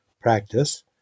practice